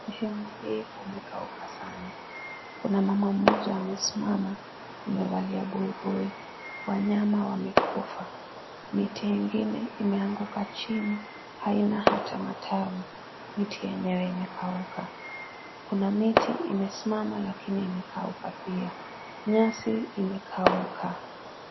Sehemu hii kumekauka sana kuna mama mmoja amesimama amevalia buibui wanyama wamekufa miti ingine imeanguka chini haina hata matawi miti yenyewe imekauka kuna miti imesimama lakini imekauka pia, nyasi imekauka.